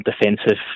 defensive